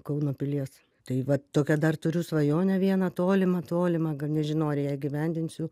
kauno pilies tai va tokią dar turiu svajonę vieną tolimą tolimą gan nežinau ar ją įgyvendinsiu